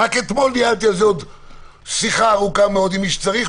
רק אתמול ניהלתי על זה שיחה ארוכה מאוד עם מי שצריך,